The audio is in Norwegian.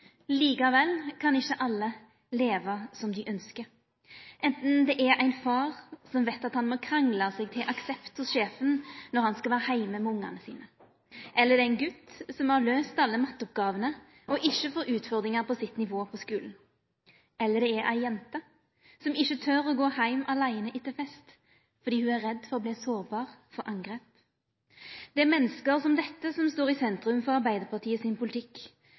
Likevel kan ikkje alle leva som dei ønskjer – anten det er ein far som veit at han må krangla seg til aksept hos sjefen når han skal vera heime med ungane sine, eller det er ein gut som har løyst alle matteoppgåvene og ikkje får utfordringar på sitt nivå på skulen, eller det er ei jente som ikkje tør å gå heim aleine etter fest fordi ho er redd for å verta sårbar for angrep. Det er menneske som dette som står i sentrum for Arbeidarpartiet sin politikk.